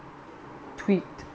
tweak